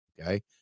Okay